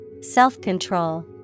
Self-control